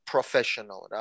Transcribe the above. professional